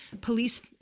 Police